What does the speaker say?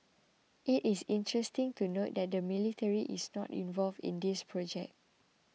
it is interesting to note that the military is not involved in this project